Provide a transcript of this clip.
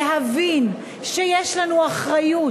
להבין שיש לנו אחריות,